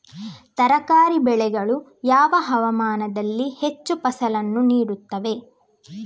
ತರಕಾರಿ ಬೆಳೆಗಳು ಯಾವ ಹವಾಮಾನದಲ್ಲಿ ಹೆಚ್ಚು ಫಸಲನ್ನು ನೀಡುತ್ತವೆ?